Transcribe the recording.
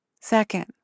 Second